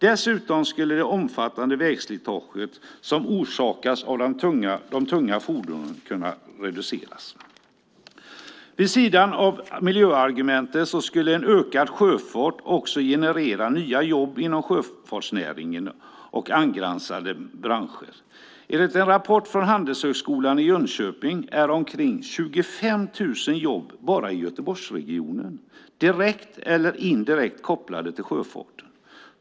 Dessutom skulle det omfattande vägslitage som orsakas av de tunga fordonen kunna reduceras. Vid sidan av miljöargumenten skulle en ökad sjöfart också generera nya jobb inom sjöfartsnäringen och angränsande branscher. Enligt en rapport från Handelshögskolan i Jönköping är omkring 25 000 jobb bara i Göteborgsregionen direkt eller indirekt kopplade till sjöfarten.